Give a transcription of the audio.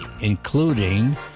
including